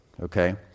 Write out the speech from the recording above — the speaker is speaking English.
Okay